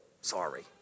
Sorry